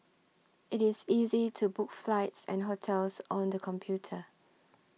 it is easy to book flights and hotels on the computer